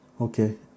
okay